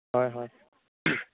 হয় হয়